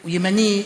ימני,